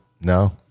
No